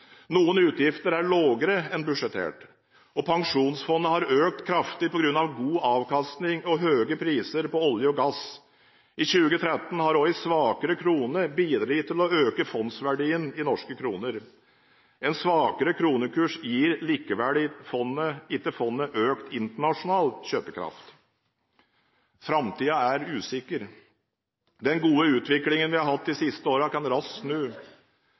økt kraftig på grunn av god avkastning og høye priser på olje og gass. I 2013 har også en svakere krone bidratt til å øke fondsverdien i norske kroner. En svakere kronekurs gir likevel ikke fondet økt internasjonal kjøpekraft. Framtiden er usikker. Den gode utviklingen vi har hatt de siste årene kan raskt snu.